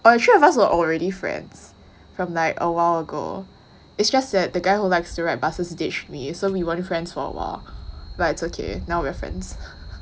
err three of us were already friends from like awhile ago it's just that the guy who likes to ride buses ditch me so we weren't friends for awhile but it's okay now we are friends